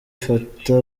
ifata